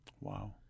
Wow